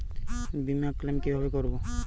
বিমা ক্লেম কিভাবে করব?